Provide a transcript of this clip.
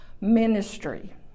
ministry